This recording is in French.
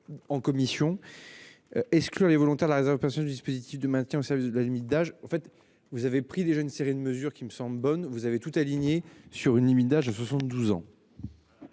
En commission. Excluant les volontaires de la réserve personnelle du dispositif de maintien au service de la limite d'âge en fait vous avez pris déjà une série de mesures qui me semble bonne, vous avez toutes. Sur une limite d'âge de 72 ans.